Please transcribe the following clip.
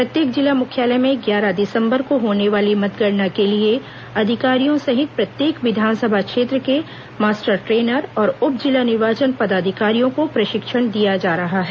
प्रत्येक जिला मुख्यालय में ग्यारह दिसंबर को होने वाली मतगणना के लिए अधिकारियों सहित प्रत्येक विधानसभा क्षेत्र के मास्टर ट्रेनर और उप जिला निर्वाचन पदाधिकारियों को प्रशिक्षण दिया जा रहा है